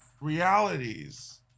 realities